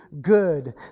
good